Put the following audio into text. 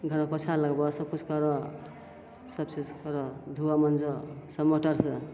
घरमे पोछा लगबऽ सबकिछु करऽ सबचीज करऽ धुअऽ माँजऽ सब मोटरसे